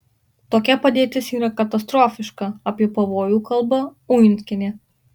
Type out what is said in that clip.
tokia padėtis yra katastrofiška apie pavojų kalba uinskienė